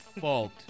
fault